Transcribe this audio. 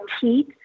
teeth